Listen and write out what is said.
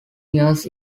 years